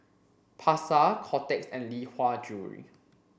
Pasar Kotex and Lee Hwa Jewellery